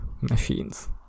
machines